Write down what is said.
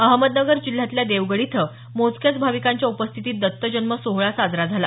अहमदनगर जिल्ह्यातल्या देवगड इथं मोजक्याच भाविकांच्या उपस्थितीत दत्त जन्म सोहळा साजरा झाला